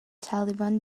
taliban